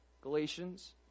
Galatians